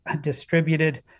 distributed